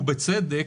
ובצדק,